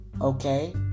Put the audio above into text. Okay